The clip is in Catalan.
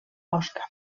oscar